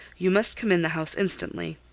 you must come in the house instantly.